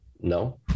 No